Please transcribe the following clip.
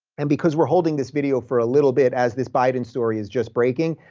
and because we're holding this video for a little bit as this biden story is just breaking,